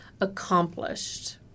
accomplished